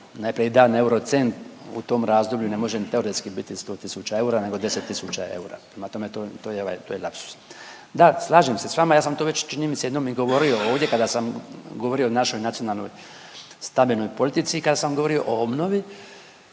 najprije je dan euro cent u tom razdoblju. Ne može ni teoretski biti 100 000 eura, nego 10 000 eura. Prema tome, to je lapsus. Da, slažem se sa vama. Ja sam to već čini mi se jednom i govorio ovdje kada sam govorio o našoj nacionalnoj stambenoj politici i kada sam govorio o obnovi